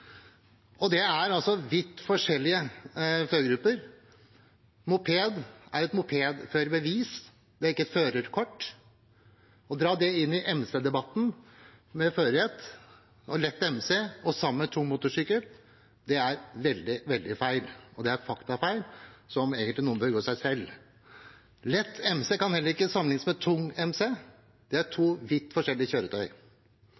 Det er vidt forskjellige førergrupper. For moped er det et mopedførerbevis, ikke et førerkort. Å dra det inn i MC-debatten med førerrett og lett MC og sammen med tung motorsykkel er veldig, veldig feil, og det er faktafeil, som egentlig noen bør gå i seg selv om. Lett MC kan heller ikke sammenlignes med tung MC. Det er